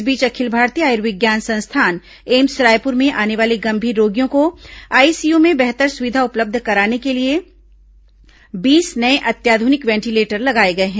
इस बीच अखिल भारतीय आयुर्विज्ञान संस्थान एम्स रायपुर में आने वाले गंभीर रोगियों को आईसीय में बेहतर सुविधा उपलब्ध कराने के लिए बीस नये अत्याधुनिक वेंटीलेटर लगाए गए हैं